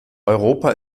europa